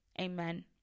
Amen